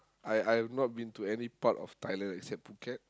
I I have not been to any part of Thailand except Phuket